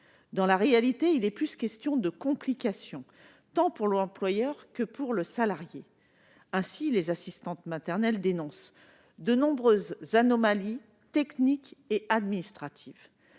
Dans la réalité, il est plus question de complications, tant pour l'employeur que pour le salarié. Ainsi les assistantes maternelles dénoncent-elles de nombreuses anomalies techniques et administratives,